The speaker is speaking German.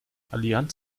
allianz